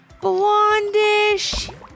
blondish